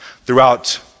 throughout